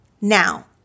Now